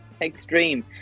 extreme